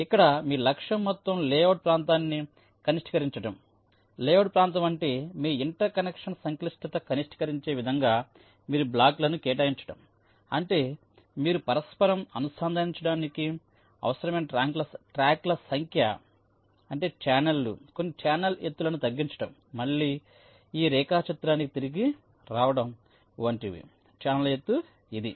ఇప్పుడు ఇక్కడ మీ లక్ష్యం మొత్తం లేఅవుట్ ప్రాంతాన్ని కనిష్టీకరించడం లేఅవుట్ ప్రాంతం అంటే మీ ఇంటర్కనెక్షన్ సంక్లిష్టత కనిష్టీకరించే విధంగా మీరు బ్లాక్లను కేటాయించడం అంటే మీరు పరస్పరం అనుసంధానించడానికి అవసరమైన ట్రాక్ల సంఖ్య అంటే ఛానెల్లు కొన్ని ఛానెల్ ఎత్తులను తగ్గించడం మళ్ళీ ఈ రేఖాచిత్రానికి తిరిగి రావడం వంటివి ఛానెల్ ఎత్తు ఇది